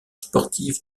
sportif